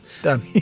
Done